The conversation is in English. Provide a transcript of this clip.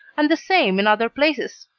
and the same in other places.